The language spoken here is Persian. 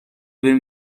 بریم